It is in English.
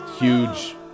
huge